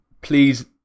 please